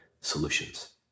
solutions